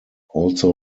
also